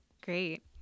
Great